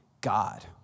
God